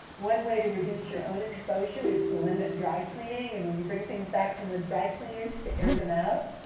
one way to reduce your own exposure is to limit dry cleaning, and when you bring things back from the dry cleaners, to air them out.